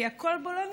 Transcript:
כי הכול בולענים.